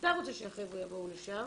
אתה רוצה שהחבר'ה יבואו לשם,